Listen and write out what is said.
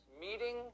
Meeting